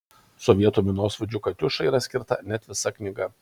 sovietų minosvaidžiui katiušai yra skirta net visa knyga